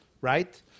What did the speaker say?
Right